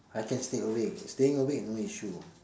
I can stay awake staying awake no issue